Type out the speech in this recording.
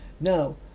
No